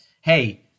hey